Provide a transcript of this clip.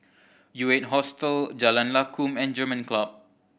U Eight Hostel Jalan Lakum and German Club